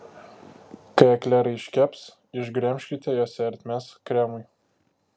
kai eklerai iškeps išgremžkite juose ertmes kremui